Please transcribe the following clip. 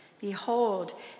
behold